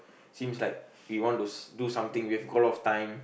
seems like we want to do something we have got a lot time